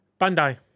Bandai